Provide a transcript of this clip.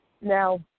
Now